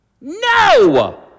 No